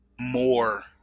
more